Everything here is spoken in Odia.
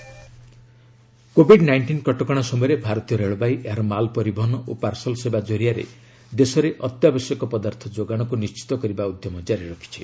railway essential commodity COVID nineteen କଟକଣା ସମୟରେ ଭାରତୀୟ ରେଳବାଇ ଏହାର ମାଲପରିବହନ ଓ ପାର୍ସଲ ସେବା ଜରିଆରେ ଦେଶରେ ଅତ୍ୟାବଶ୍ୟକ ପଦାର୍ଥ ଯୋଗାଣକୁ ନିଶ୍ଚିତ କରିବା ଉଦ୍ୟମ ଜାରି ରଖିଛି